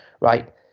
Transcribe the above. right